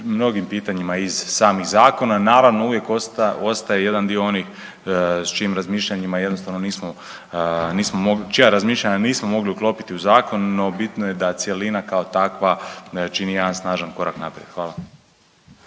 mnogim pitanjima iz samih zakona. Naravno uvijek ostaje jedan dio onih s čijim razmišljanjima jednostavno nismo mogli uklopiti u zakon. No, bitno je da cjelina kao takva čini jedan snažan korak naprijed. Hvala.